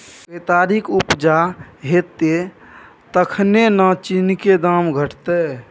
केतारीक उपजा हेतै तखने न चीनीक दाम घटतै